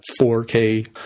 4K